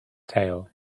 tale